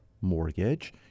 mortgage